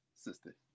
sister